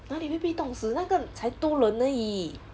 哪里会被冻死那个才多冷而已